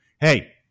Hey